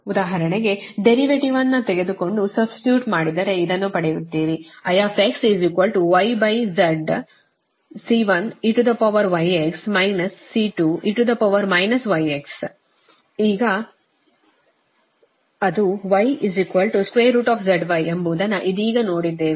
ಉದಾಹರಣೆಗೆ ಡೆರಿವೇಟಿವ ತೆಗೆದುಕೊಂಡು ಸಬ್ಸ್ಟಿಟ್ಯೂಟ್ ಮಾಡಿದರೆ ಇದನ್ನು ಪಡೆಯುತ್ತೀರಿ I zC1eγx C2e γx ಈಗ ಅದು γzy ಎಂಬುವುದನ್ನು ಇದೀಗ ನೋಡಿದ್ದೇವೆ